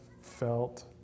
felt